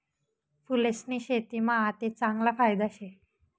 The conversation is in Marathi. फूलेस्नी शेतीमा आते चांगला फायदा शे